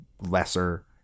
lesser